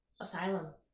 Asylum